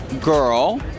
girl